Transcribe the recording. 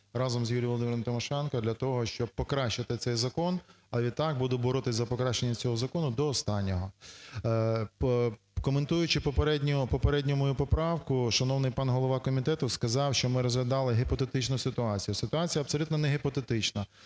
разом з Юлією Володимирівною Тимошенко для того, щоб покращити цей закон. А відтак буду боротись за покращення цього закону до останнього. Коментуючи попередню мою поправку, шановний пан голова комітету сказав, що ми розглядали гіпотетичну ситуацію. Ситуація абсолютно негіпотетична.